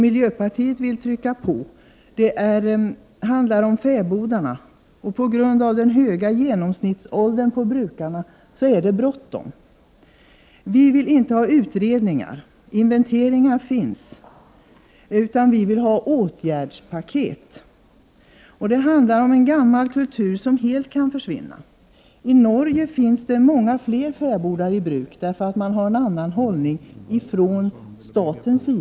Miljöpartiet vill trycka på. Det handlar om fäbodarna. På grund av brukarnas höga genomsnittsålder är det bråttom att göra något. Vi vill inte ha utredningar. Inventeringarna finns, vi vill ha åtgärdspaket. Det handlar om en gammal kultur som helt kan försvinna. I Norge finns många fler fäbodar i bruk, därför att staten där intar en annan hållning i frågan.